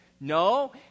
no